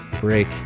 break